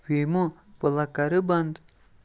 فیٖمو plug کَرٕ بَنٛد